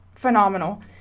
phenomenal